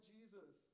Jesus